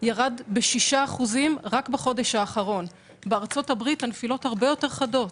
ירד ב-6% רק בחודש האחרון; בארצות הברית הנפילות הרבה יותר חדות,